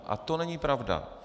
A to není pravda.